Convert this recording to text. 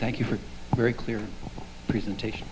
thank you for a very clear presentation